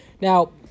Now